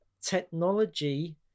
technology